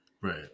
right